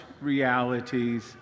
realities